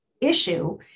issue